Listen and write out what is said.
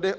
De